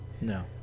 No